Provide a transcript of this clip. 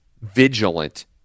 vigilant